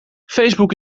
facebook